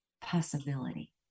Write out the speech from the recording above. possibility